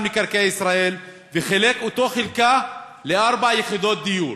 מקרקעי ישראל וחילק את אותה חלקה לארבע יחידות דיור.